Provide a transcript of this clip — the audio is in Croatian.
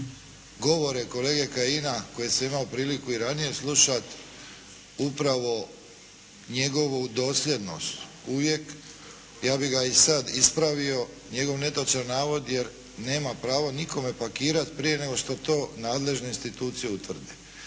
govore kolege Kajina koje sam imao priliku i ranije slušati, upravo njegovu dosljednost uvijek, ja bih ga i sada ispravio njegov netočan navod, jer nema pravo nikome pakirati prije nego što to nadležne institucije utvrde.